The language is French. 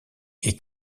est